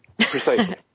Precisely